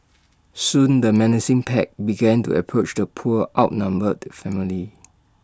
soon the menacing pack began to approach the poor outnumbered family